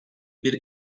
bir